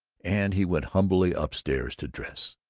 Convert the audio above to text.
and he went humbly up-stairs to dress.